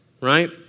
right